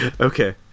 Okay